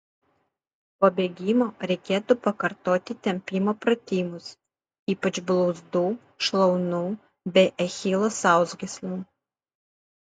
po bėgimo reikėtų pakartoti tempimo pratimus ypač blauzdų šlaunų bei achilo sausgyslių